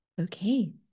Okay